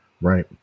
Right